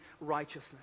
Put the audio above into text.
righteousness